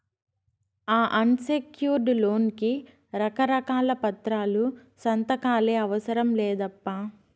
ఈ unsecured loan కి రకారకాల పత్రాలు, సంతకాలే అవసరం లేదప్పా